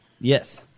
Yes